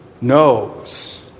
knows